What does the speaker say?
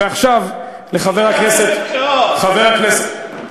ועכשיו, לחבר הכנסת, הולכים לבחירות.